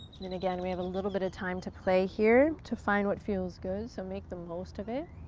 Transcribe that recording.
then again, we have a little bit of time to play here, to find what feels good, so make the most of it.